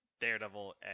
Daredevil